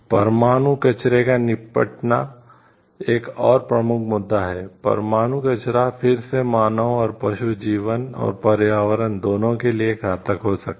परमाणु कचरे का निपटान एक और प्रमुख मुद्दा है परमाणु कचरा फिर से मानव और पशु जीवन और पर्यावरण दोनों के लिए घातक हो सकता है